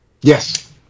Yes